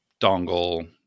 dongle